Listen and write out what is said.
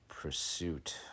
pursuit